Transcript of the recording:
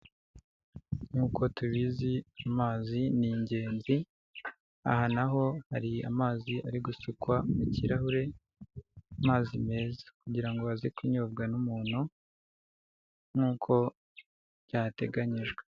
Nk'uko tubizi amazi ni ingenzi, aha naho hari amazi ari gusukwa mu kirahure, amazi meza kugira ngo aze kunyobwa n'umuntu nk'uko byateganyijwe.